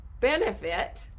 benefit